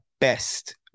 best